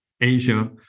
Asia